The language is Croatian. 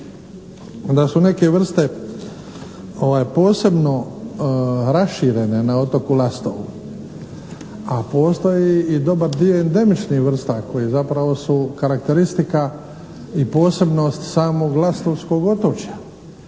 da su neke vrste posebno raširene na otoku Lastovu, a postoji i dobar dio endemičnih vrsta koje zapravo su karakteristika i posebnost samog lastovskog otočja,